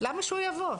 למה שהוא יבוא?